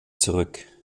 zurück